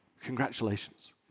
Congratulations